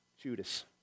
Judas